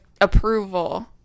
approval